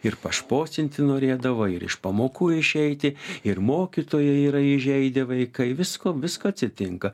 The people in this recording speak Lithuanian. ir pašposinti norėdavo ir iš pamokų išeiti ir mokytoją yra įžeidę vaikai visko visko atsitinka